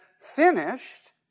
finished